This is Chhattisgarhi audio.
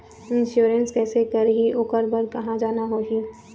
इंश्योरेंस कैसे करही, ओकर बर कहा जाना होही?